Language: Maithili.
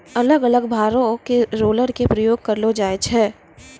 अलग अलग भारो के रोलर के प्रयोग करलो जाय छै